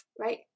right